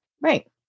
Right